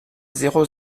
zéro